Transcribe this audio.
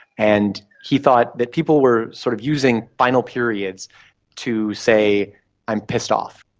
and he thought that people were sort of using final periods to say i'm pissed off.